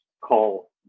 call